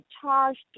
charged